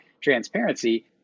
transparency